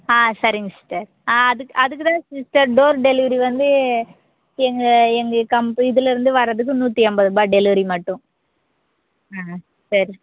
ஆ சரிங்க சிஸ்டர் ஆ அதுக் அதுக்கு தான் சிஸ்டர் டோர் டெலிவரி வந்து எங்கள் எங்கள் கம்பு இதுல இருந்து வரதுக்கு நூற்றி ஐம்பதுருபா டெலிவெரி மட்டும் ஆ ஆ சரி